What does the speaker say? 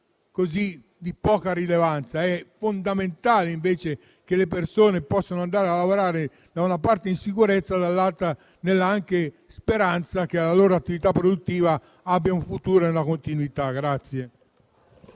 fatto di poca rilevanza; è fondamentale, invece, che le persone possano andare a lavorare, da una parte in sicurezza e dall'altra anche con la speranza che la loro attività produttiva abbia un futuro e una continuità.